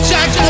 Jack